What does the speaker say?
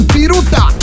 Piruta